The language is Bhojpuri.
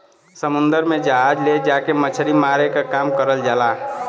समुन्दर में जहाज ले जाके मछरी मारे क काम करल जाला